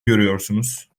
görüyorsunuz